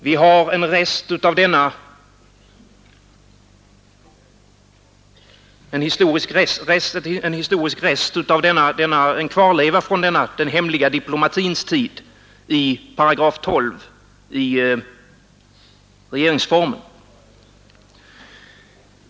Vi har en historisk rest, en kvarleva, från denna den hemliga diplomatins tid i 12 § regeringsformen.